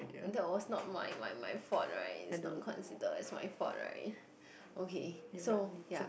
that was not my my my fault right is not consider as my fault right okay so ya